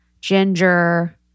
ginger